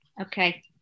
okay